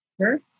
Sure